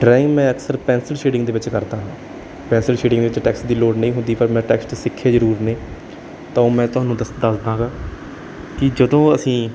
drawing ਮੈਂ ਅਕਸਰ pencil shading ਦੇ ਵਿੱਚ ਕਰਦਾ ਹਾਂ ਪੈਨਸਲ ਸ਼ੇਡਿੰਗ ਵਿੱਚ ਟੈਕਸਟ ਦੀ ਲੋੜ ਨਹੀਂ ਹੁੰਦੀ ਪਰ ਮੈਂ ਟੈਕਸਟ ਸਿੱਖੇ ਜ਼ਰੂਰ ਨੇ ਤੋ ਮੈਂ ਤੁਹਾਨੂੰ ਦਸ ਦੱਸਦਾ ਗਾ ਕਿ ਜਦੋਂ ਅਸੀਂ